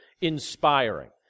inspiring